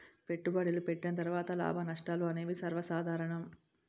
పెట్టుబడులు పెట్టిన తర్వాత లాభనష్టాలు అనేవి సర్వసాధారణం